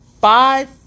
Five